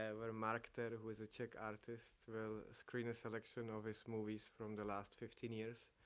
ah where mark ther, who is a czech artist, will screen a selection of his movies from the last fifteen years.